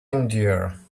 endure